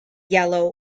yellow